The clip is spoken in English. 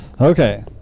Okay